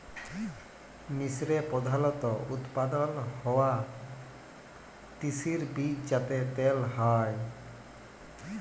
মিসরে প্রধালত উৎপাদল হ্য়ওয়া তিসির বীজ যাতে তেল হ্যয়